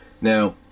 Now